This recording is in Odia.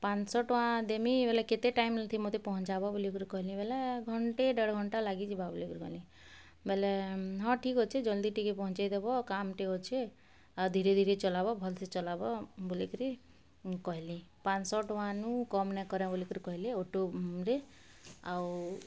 ପାଞ୍ଚଶହ ଟଙ୍କା ଦେମି ବୋଲେ କେତେ ଟାଇମ୍ ଥି ମୋତେ ପହଁଚାବ ବୋଲିକରି କହିଲି ବୋଲେ ଘଣ୍ଟେ ଦେଢ଼୍ ଘଣ୍ଟା ଲାଗିଯିବା ବୋଲିକରି କହିଲି ବୋଲେ ହଁ ଠିକ୍ ଅଛି ଜଲ୍ଦି ଟିକେ ପହଁଚେଇଦେବ କାମ୍ ଟେ ଅଛେ ଆର୍ ଧୀରେ ଧୀରେ ଚଲାବ ଭଲ୍ ସେ ଚଲାବ ବୋଲିକିରି କହିଲି ପାଞ୍ଚଶହ ଟଙ୍କାନୁ କମ୍ ନାଇଁକରା ବୋଲିକରି କହିଲି ଅଟୋରେ ଆଉ